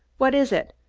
what is it?